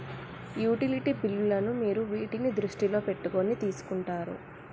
Utility బిల్లులను మీరు వేటిని దృష్టిలో పెట్టుకొని తీసుకుంటారు?